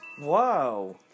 Wow